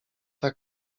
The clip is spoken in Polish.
tak